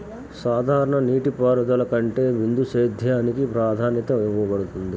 సాధారణ నీటిపారుదల కంటే బిందు సేద్యానికి ప్రాధాన్యత ఇవ్వబడుతుంది